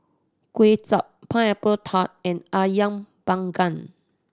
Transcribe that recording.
Kway Chap Pineapple Tart and Ayam Panggang